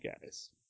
guys